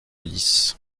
lys